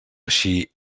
així